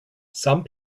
some